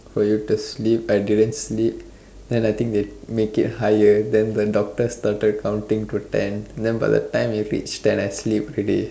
for you to sleep I didn't sleep then I think they make it higher then the doctor started counting to ten by the time it reached ten I sleep already